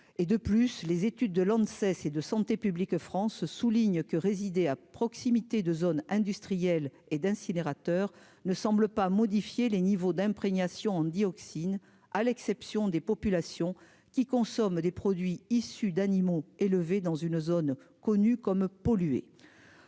et de plus, les études de lancer et de santé publique France souligne que résider à proximité de zones industrielles et d'incinérateurs ne semble pas modifier les niveaux d'imprégnation en dioxines à l'exception des populations qui consomment des produits issus d'animaux élevés dans une zone connue comme polluées,